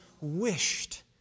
wished